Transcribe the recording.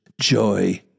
joy